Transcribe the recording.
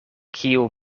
kiu